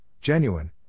genuine